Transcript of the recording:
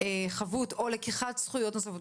חבות או לקיחת זכויות נוספות?